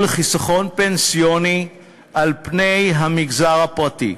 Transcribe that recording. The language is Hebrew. חיסכון פנסיוני על פני המגזר הפרטי.